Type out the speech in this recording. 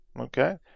okay